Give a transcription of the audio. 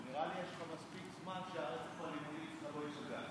נראה לי שיש לך מספיק זמן שהרצף הלימודי שלך לא יישכח.